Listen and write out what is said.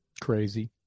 crazy